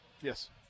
Yes